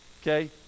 Okay